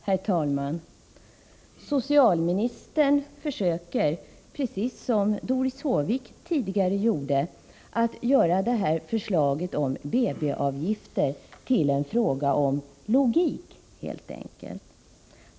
Herr talman! Socialministern försöker, precis som Doris Håvik tidigare gjorde, att göra förslaget om BB-avgifter till en fråga om logik helt enkelt.